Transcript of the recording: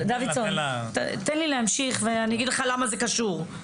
דוידסון, תן לי להמשיך ואני אגיד לך למה זה קשור.